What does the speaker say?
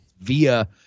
via